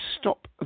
stop